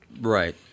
Right